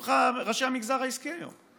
אמרו לך ראשי המגזר העסקי היום.